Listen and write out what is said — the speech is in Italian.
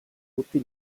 tutti